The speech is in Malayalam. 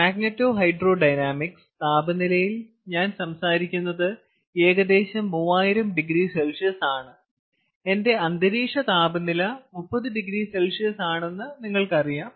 മാഗ്നെറ്റോഹൈഡ്രോഡൈനാമിക്സ് താപനിലയിൽ ഞാൻ സംസാരിക്കുന്നത് ഏകദേശം 3000oC ആണ് എന്റെ അന്തരീക്ഷ താപനില 30oC ആണെന്ന് നിങ്ങൾക്കറിയാം